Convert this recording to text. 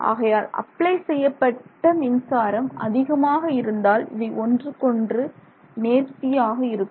ஆகையால் அப்ளை செய்யப்பட்ட மின்சாரம் அதிகமாக இருந்தால் இவை ஒன்றுக்கொன்று நேர்த்தியாக இருக்கும்